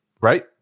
right